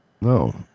No